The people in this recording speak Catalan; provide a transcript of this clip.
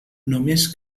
només